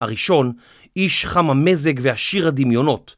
הראשון, איש חם המזג ועשיר הדמיונות.